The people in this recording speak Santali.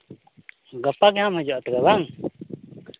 ᱜᱟᱯᱟ ᱜᱮ ᱦᱟᱸᱜ ᱮᱢ ᱦᱤᱡᱩᱜᱼᱟ ᱛᱚᱵᱮ ᱵᱟᱝ